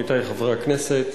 עמיתי חברי הכנסת,